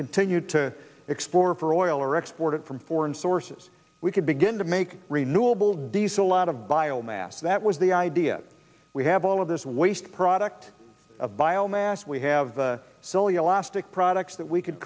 continue to explore for oil or export it from foreign sources we could begin to make renewable diesel out of biomass that was the idea we have all of this waste product of biomass we have silly elastic products that we could